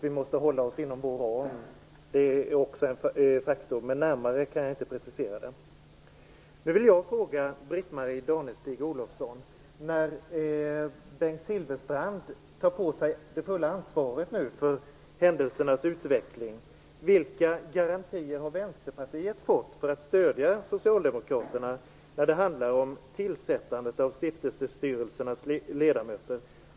Vi måste hålla oss inom vår ram - det är också en faktor. Närmare kan jag inte precisera detta. Bengt Silfverstrand tar på sig det fulla ansvaret för händelsernas utveckling. Jag vill då fråga Britt-Marie Danestig-Olofsson vilka garantier Vänsterpartiet har fått för att stödja Socialdemokraterna i tillsättandet av stiftelsestyrelsernas ledamöter.